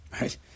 Right